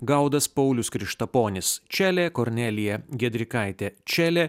gaudas paulius krištaponis čelė kornelija giedrikaitė čelė